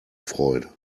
freude